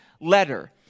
letter